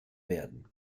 werden